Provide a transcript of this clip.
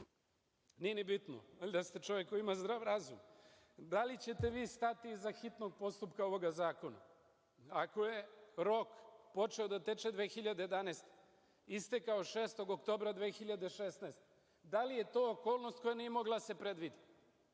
Nije ni bitno, valjda ste čovek koji ima zdrav razum. Da li ćete vi stati iza hitnog postupka ovoga zakona? Ako je rok počeo da teče 2011. godine, istekao 6. oktobra 2016. godine da li je to okolnost koja nije mogla da se previdi?